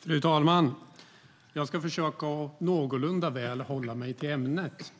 Fru talman! Jag ska försöka att någorlunda väl hålla mig till ämnet.